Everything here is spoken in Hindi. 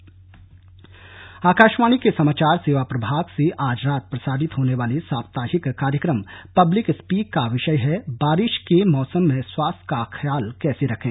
पब्लिक स्पीक आकाशवाणी के समाचार सेवा प्रभाग से आज रात प्रसारित होने वाले साप्ताहिक कार्यक्रम पब्लिक स्पीक का विषय है बारिश के मौसम में स्वास्थ्य का ख्याल कैसे रखें